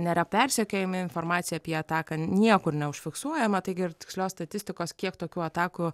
nėra persekiojami informacija apie ataką niekur neužfiksuojama taigi ir tikslios statistikos kiek tokių atakų